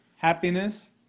happiness